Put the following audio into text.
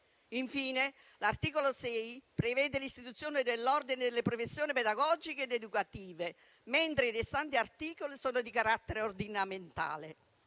Infine, l'articolo 6 prevede l'istituzione dell'Ordine delle professioni pedagogiche ed educative, mentre i restanti articoli sono di carattere ordinamentale.